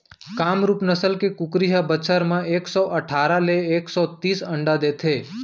कामरूप नसल के कुकरी ह बछर म एक सौ अठारा ले एक सौ तीस अंडा देथे